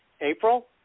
April